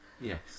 Yes